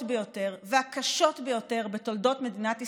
ביותר והקשות ביותר בתולדות מדינת ישראל,